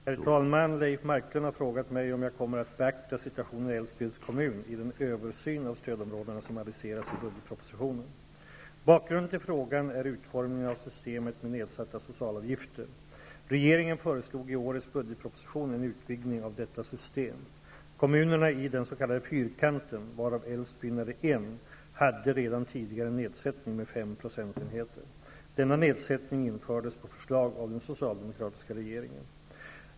Herr talman! Leif Marklund har frågat mig om jag kommer att beakta situationen i Älvsbyns kommun i den översyn av stödområdena som aviseras i budgetpropositionen. Bakgrunden till frågan är utformningen av systemet med nedsatta socialavgifter. Regeringen föreslog i årets budgetproposition en utvidgning av detta system. Kommunerna i den s.k. fyrkanten, varav Älvsbyn är en, hade redan tidigare en nedsättning med fem procentenheter. Denna nedsättning infördes på förslag av den socialdemokratiska regeringen.